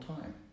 time